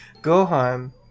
Gohan